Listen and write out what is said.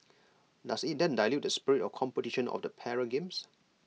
does IT then dilute the spirit of competition of the para games